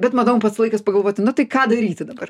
bet manau mum pats laikas pagalvoti nu tai ką daryti dabar